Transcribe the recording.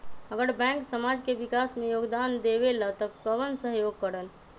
अगर बैंक समाज के विकास मे योगदान देबले त कबन सहयोग करल?